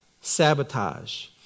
Sabotage